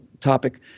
topic